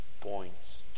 points